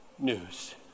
news